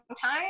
time